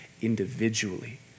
individually